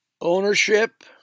Ownership